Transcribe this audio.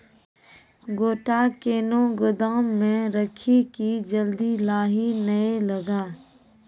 गोटा कैनो गोदाम मे रखी की जल्दी लाही नए लगा?